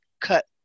cut